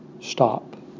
stop